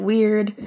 Weird